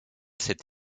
cet